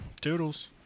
toodles